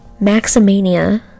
Maximania